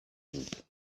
dut